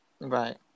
Right